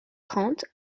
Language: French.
trente